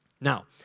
Now